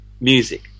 music